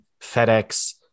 FedEx